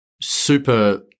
super